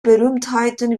berühmtheiten